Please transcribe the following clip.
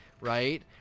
right